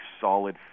solid